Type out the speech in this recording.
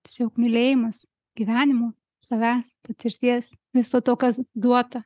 tiesiog mylėjimas gyvenimo savęs patirties viso to kas duota